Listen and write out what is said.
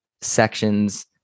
sections